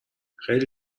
خیلی